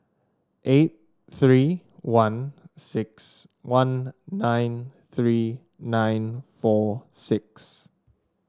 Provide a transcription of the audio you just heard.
eight three one six one nine three nine four six